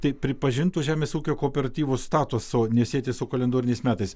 tai pripažintų žemės ūkio kooperatyvų statuso nesieti su kalendoriniais metais